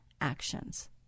actions